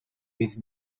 with